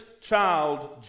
child